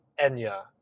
Enya